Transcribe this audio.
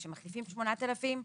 כשמחליפים 8,000 ב-16,